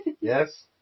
Yes